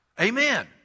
Amen